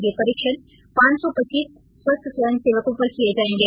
ये परीक्षण पांच सौ पच्चीस स्वस्थ स्वयं सेवकों पर किए जाएंगे